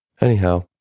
Anyhow